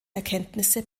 erkenntnisse